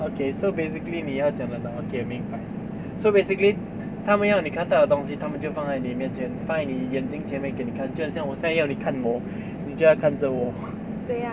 okay so basically 你要讲的 okay 明白 so basically 他们要你看到的东西他们就放在你面前放在你眼睛前面给你看就好像我现在要你看我你就要看着我